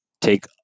take